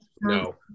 no